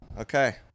okay